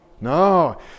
No